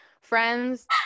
friends